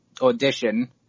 audition